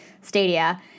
Stadia